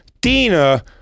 Dina